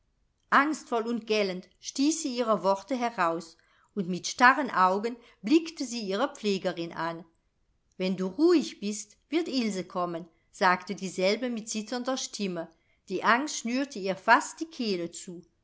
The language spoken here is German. angstvoll und gellend stieß sie ihre worte heraus und mit starren augen blickte sie ihre pflegerin an wenn du ruhig bist wird ilse kommen sagte dieselbe mit zitternder stimme die angst schnürte ihr fast die kehle zu